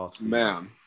man